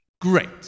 Great